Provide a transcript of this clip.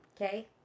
Okay